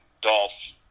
Dolph